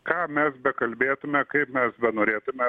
ką mes bekalbėtume kaip mes benorėtume